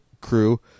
crew